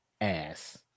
ass